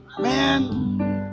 Man